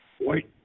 white